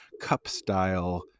cup-style